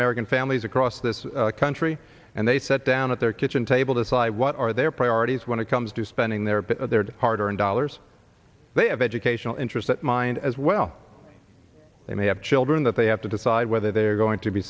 american families across this country and they sat down at their kitchen table to say what are their priorities when it comes to spending their hard earned dollars they have educational interest at mind as well they have children that they have to decide whether they're going to be